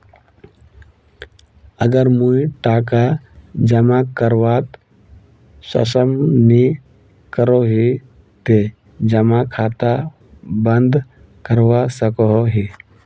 अगर मुई टका जमा करवात सक्षम नी करोही ते जमा खाता बंद करवा सकोहो ही?